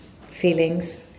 feelings